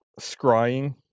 Scrying